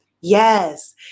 Yes